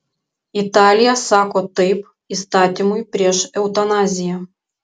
italija sako taip įstatymui prieš eutanaziją